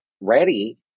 ready